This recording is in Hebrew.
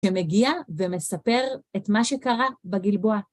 שמגיע ומספר את מה שקרה בגלבוע.